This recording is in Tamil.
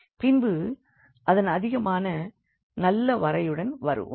பின்பு அதன் அதிகமான நல்ல வரையுடன் வருவோம்